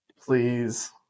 Please